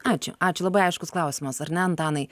ačiū ačiū labai aiškus klausimas ar ne antanai